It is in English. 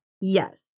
Yes